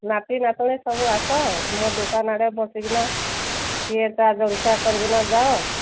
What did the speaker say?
ନାପିନାତୁଣି ସବୁ ଆସ ମୋ ଦୋକାନ ଆଡ଼େ ବସିକିନା ଟିକିଏ ଚା ଜଳଖାଆ କରିକିନା ଯାଅ